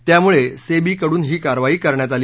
त्यामुळे सेबीकडून ही कारवाई करण्यात आली